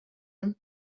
him